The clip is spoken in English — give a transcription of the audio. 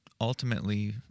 ultimately